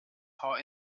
heart